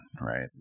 right